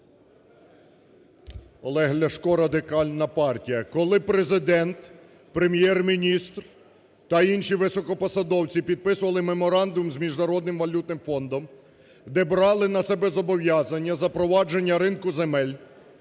Олег Ляшко, Радикальна партія. Коли Президент, Прем'єр-міністр та інші високопосадовці підписували меморандум з міжнародним валютним фондом, де брали на себе зобов'язання запровадження ринку земель,